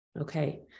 Okay